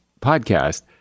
podcast